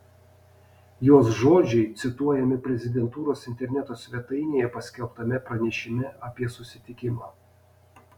jos žodžiai cituojami prezidentūros interneto svetainėje paskelbtame pranešime apie susitikimą